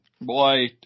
boy